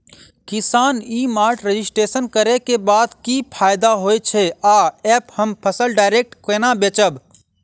किसान e mart registration करै केँ बाद की फायदा होइ छै आ ऐप हम फसल डायरेक्ट केना बेचब?